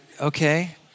okay